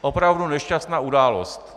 Opravdu nešťastná událost.